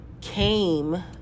came